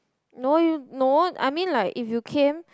no you no I mean like if you came